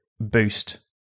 boost